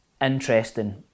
interesting